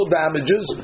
damages